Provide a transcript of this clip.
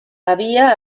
havia